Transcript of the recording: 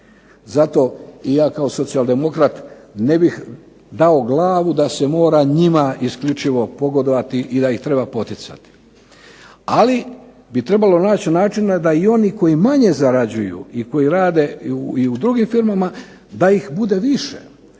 Zato i ja kao socijaldemokrat ne bih dao glavu da se mora njima isključivo pogodovati i da ih treba poticati. Ali bi trebalo naći načina da i oni koji manje zarađuju i koji rade u drugim firmama, da ih bude više.